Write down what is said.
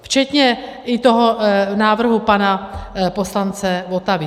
Včetně i toho návrhu pana poslance Votavy.